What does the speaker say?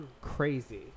Crazy